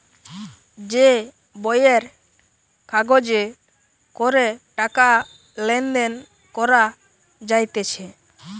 যে বইয়ের কাগজে করে টাকা লেনদেন করা যাইতেছে